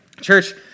Church